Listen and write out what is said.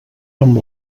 amb